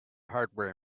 hardware